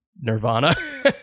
nirvana